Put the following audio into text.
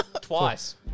Twice